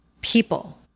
people